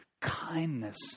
kindness